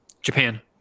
Japan